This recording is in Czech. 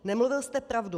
Nemluvil jste pravdu.